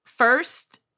First